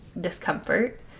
discomfort